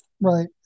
Right